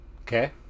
Okay